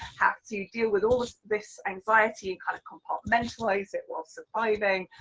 have to deal with all this anxiety and kind of compartmentalise it whilst surviving,